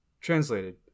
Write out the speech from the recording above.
Translated